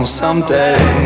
someday